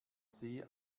see